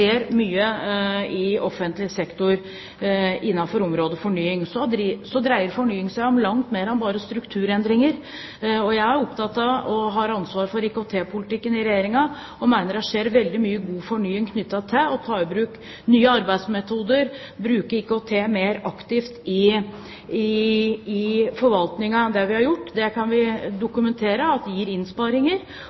mye i offentlig sektor innenfor området fornying. Så dreier fornying seg om langt mer enn bare strukturendringer. Jeg er opptatt av – og har ansvaret for – IKT-politikken i Regjeringen. Jeg mener det skjer mye god fornying knyttet til å ta i bruk nye arbeidsmetoder og å bruke IKT mer aktivt i forvaltningen enn det vi har gjort. Vi kan dokumentere at det gir innsparinger,